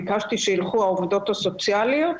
ביקשתי שיילכו עובדות סוציאליות,